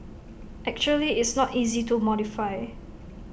actually it's not easy to modify